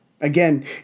again